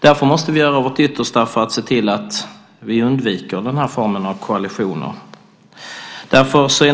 Därför måste vi göra vårt yttersta att se till att vi undviker den formen av kollisioner.